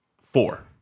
Four